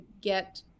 get